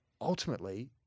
ultimately